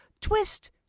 Twist